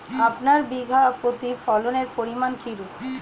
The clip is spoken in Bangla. আপনার বিঘা প্রতি ফলনের পরিমান কীরূপ?